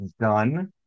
done